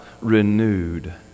renewed